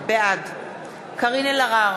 בעד קארין אלהרר,